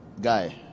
guy